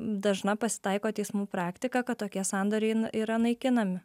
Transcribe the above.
dažna pasitaiko teismų praktika kad tokie sandoriai yra naikinami